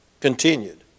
continued